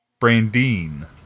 Brandine